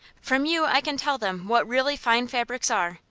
from you i can tell them what really fine fabrics are,